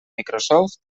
microsoft